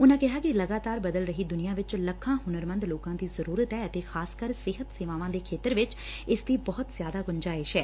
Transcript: ਉਨੁਾਂ ਕਿਹਾ ਕਿ ਲਗਾਤਾਰ ਬਦਲ ਰਹੀ ਦੁਨੀਆਂ ਵਿਚ ਲੱਖਾਂ ਹੁਨਰਮੰਦ ਲੋਕਾਂ ਦੀ ਜ਼ਰੁਰਤ ਐਂ ਅਤੇ ਖ਼ਾਸਕਰ ਸਿਹਤ ਸੇਵਾਵਾਂ ਦੇ ਖੇਤਰ ਵਿਚ ਇਸ ਦੀ ਬਹੁਤ ਜ਼ਿਆਦਾ ਗੁੰਜਾਇਸ਼ ਏ